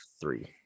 three